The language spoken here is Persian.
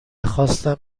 خواستم